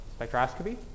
spectroscopy